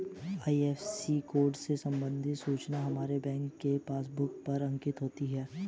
IFSC code से संबंधित सूचना हमारे बैंक के पासबुक पर अंकित होती है